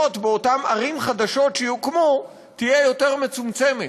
באותן ערים חדשות שיוקמו תהיה יותר מצומצמת.